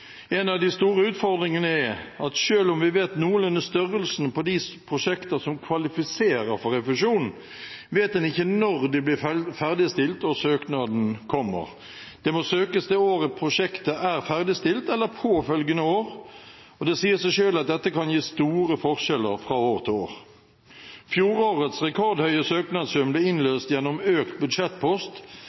En av de store utfordringene er at selv om en vet noenlunde størrelsen på de prosjekter som kvalifiserer for refusjon, vet en ikke når de blir ferdigstilt og søknaden kommer. Det må søkes det året prosjektet er ferdigstilt, eller påfølgende år. Det sier seg selv at dette kan gi store forskjeller fra år til år. Fjorårets rekordhøye søknadssum ble innløst gjennom økt budsjettpost